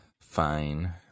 fine